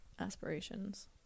aspirations